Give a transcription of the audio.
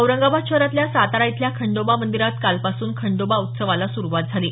औरंगाबाद शहरातल्या सातारा इथल्या खंडोबा मंदिरात कालपासून खंडोबा उत्सवाला सुरूवात झाली आहे